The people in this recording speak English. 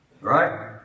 right